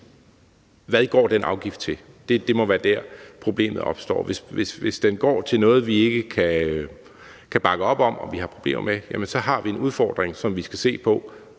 Hvad går den afgift til? Det må være der, problemet opstår. Hvis den går til noget, vi ikke kan bakke op om og vi har problemer med, jamen så har vi en udfordring, som vi skal se på,